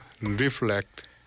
reflect